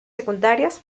secundarias